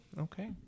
Okay